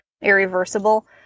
irreversible